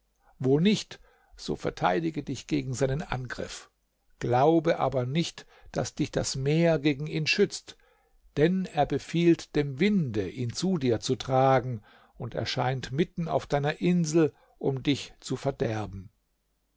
wo nicht so verteidige dich gegen seinen angriff glaube aber nicht daß dich das meer gegen ihn schützt denn er befiehlt dem winde ihn zu dir zu tragen und erscheint mitten auf deiner insel um dich zu verderben